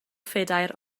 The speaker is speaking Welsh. phedair